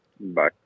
Bye